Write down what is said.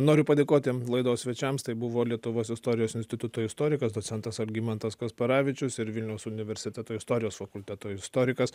noriu padėkoti laidos svečiams tai buvo lietuvos istorijos instituto istorikas docentas algimantas kasparavičius ir vilniaus universiteto istorijos fakulteto istorikas